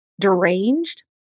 deranged